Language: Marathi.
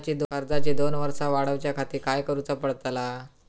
कर्जाची दोन वर्सा वाढवच्याखाती काय करुचा पडताला?